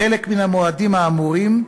חלק מן המועדים האמורים,